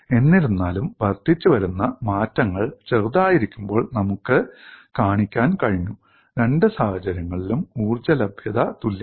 എന്നിരുന്നാലും വർദ്ധിച്ചുവരുന്ന മാറ്റങ്ങൾ ചെറുതായിരിക്കുമ്പോൾ നമുക്ക് കാണിക്കാൻ കഴിഞ്ഞു രണ്ട് സാഹചര്യങ്ങളിലും ഊർജ്ജ ലഭ്യത തുല്യമാണ്